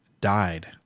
died